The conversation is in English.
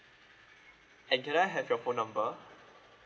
and can I have your phone number